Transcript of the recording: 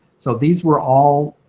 so these were all,